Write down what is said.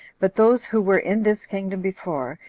but those who were in this kingdom before,